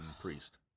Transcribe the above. Priest